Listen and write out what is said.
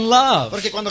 love